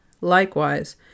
Likewise